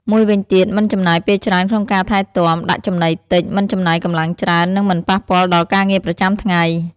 មួយវិញទៀត មិនចំណាយពេលច្រើនក្នុងការថែទាំ ដាក់ចំណីតិច មិនចំណាយកម្លាំងច្រើន និងមិនប៉ះពាល់ដល់ការងារប្រចាំថ្ងៃ។